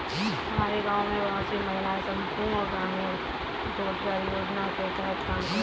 हमारे गांव में बहुत सी महिलाएं संपूर्ण ग्रामीण रोजगार योजना के तहत काम करती हैं